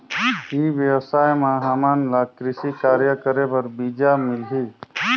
ई व्यवसाय म हामन ला कृषि कार्य करे बर बीजा मिलही?